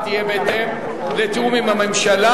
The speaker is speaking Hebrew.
בעד, 35, אין מתנגדים ואין נמנעים.